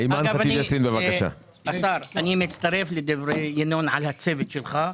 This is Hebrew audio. אגב, השר, אני מצטרף לדברי ינון על הצוות שלך,